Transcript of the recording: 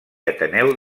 ateneu